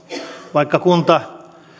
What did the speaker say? vaikka kunta